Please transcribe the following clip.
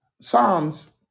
Psalms